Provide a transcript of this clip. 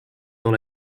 dans